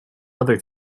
other